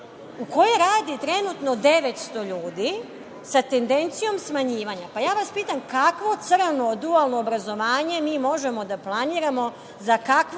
u kojoj radi trenutno 900 ljudi sa tendencijom smanjivanja. Ja vas pitam kakvo crno dualno obrazovanje mi možemo da planiramo,